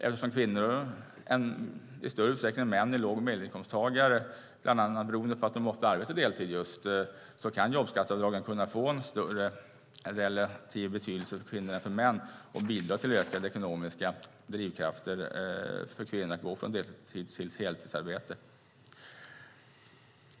Eftersom kvinnor i större utsträckning än män är låg och medelinkomsttagare, bland annat beroende på att de ofta arbetar just deltid, kan jobbskatteavdragen komma att få en större relativ betydelse för kvinnor än för män och bidra till ökade ekonomiska drivkrafter för kvinnor att gå från deltids till heltidsarbete.